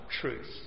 truth